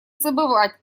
забывать